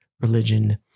religion